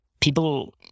people